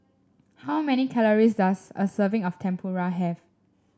how many calories does a serving of Tempura have